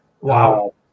Wow